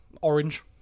Orange